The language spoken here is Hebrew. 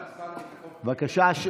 בבקשה.